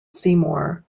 seymour